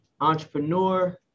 entrepreneur